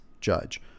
judge